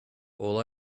all